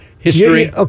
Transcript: History